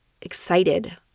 excited